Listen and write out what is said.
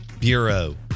Bureau